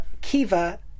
Kiva